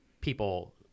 people